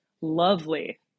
lovely